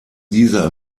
dieser